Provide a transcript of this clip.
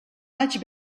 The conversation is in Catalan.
vaig